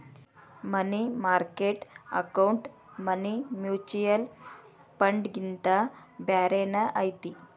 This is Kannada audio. ಮನಿ ಮಾರ್ಕೆಟ್ ಅಕೌಂಟ್ ಮನಿ ಮ್ಯೂಚುಯಲ್ ಫಂಡ್ಗಿಂತ ಬ್ಯಾರೇನ ಐತಿ